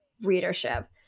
readership